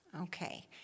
Okay